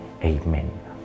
Amen